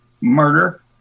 murder